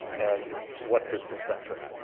and, what's his success rate?